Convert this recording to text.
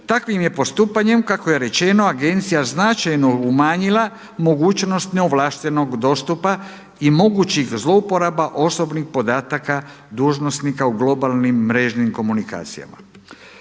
Takvim je postupanjem kako je rečeno agencija značajno umanjila mogućnost neovlaštenog dostupa i mogućih zlouporaba osobnih podataka dužnosnika u globalnim mrežnim komunikacijama.